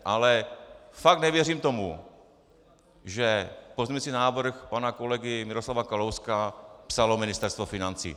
Ale fakt nevěřím tomu, že pozměňovací návrh pana kolegy Miroslava Kalouska psalo Ministerstvo financí.